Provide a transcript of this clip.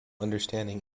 understanding